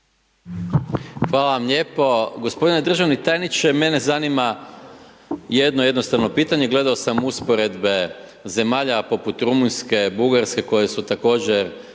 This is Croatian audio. Hvala vam lijepo. Gospodine državni tajniče, mene zanima jedno jednostavno pitanje, gledao sam usporedbe zemalja poput Rumunjske, Bugarske koje su također